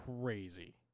crazy